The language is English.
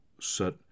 set